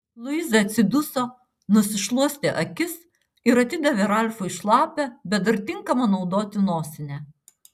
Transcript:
luiza atsiduso nusišluostė akis ir atidavė ralfui šlapią bet dar tinkamą naudoti nosinę